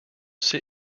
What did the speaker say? sit